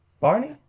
Barney